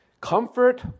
Comfort